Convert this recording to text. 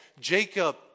Jacob